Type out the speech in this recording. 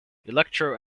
electro